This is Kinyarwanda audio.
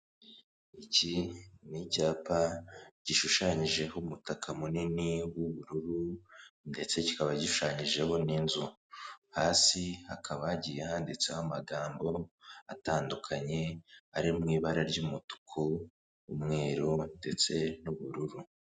Iki ni icyapa gishushanyijeho umutaka munini w'ubururu ndetse kikaba gishushanyijeho n'inzu, hasi hakaba hagiye handitseho amagambo atandukanye ari mu ibara ry'umutuku, umweru ndetse n'ubururu.